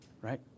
right